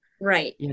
Right